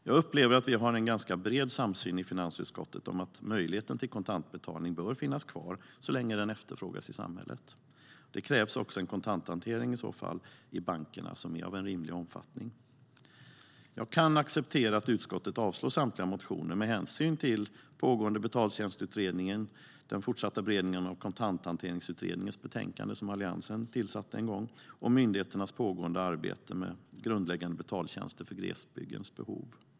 Jag upplever att vi har en ganska bred samsyn i finansutskottet om att möjligheten till kontantbetalning bör finnas kvar så länge den efterfrågas i samhället. I så fall krävs också en kontanthantering i bankerna i en rimlig omfattning. Jag kan acceptera att utskottet avslår samtliga motioner med hänsyn till den pågående betaltjänstutredningen, den fortsatta beredningen av Kontanthanteringsutredningens betänkande, som Alliansen tillsatte en gång, och myndigheternas pågående arbete med grundläggande betaltjänster för glesbygdens behov.